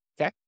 Okay